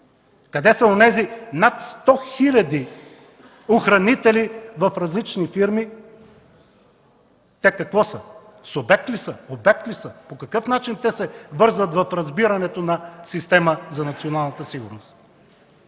Къде са онези над 100 хиляди охранители в различни фирми? Те какво са – субект ли са, обект ли са? По какъв начин те се връзват в разбирането на система за националната сигурност?